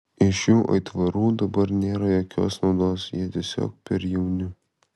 iš šių aitvarų dabar nėra jokios naudos jie tiesiog per jauni